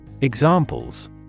Examples